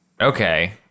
okay